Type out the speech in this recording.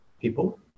people